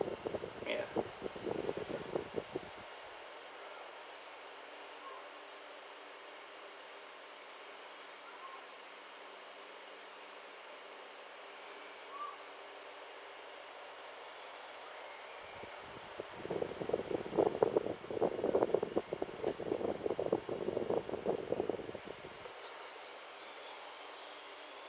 yeah